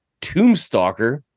Tombstalker